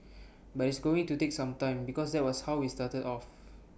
but it's going to take some time because that was how we started off